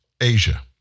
Asia